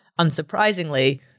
unsurprisingly